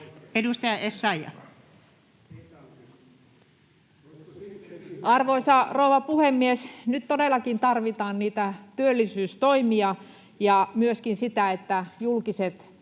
Edustaja Essayah. Arvoisa rouva puhemies! Nyt todellakin tarvitaan niitä työllisyystoimia ja myöskin sitä, että julkiset menot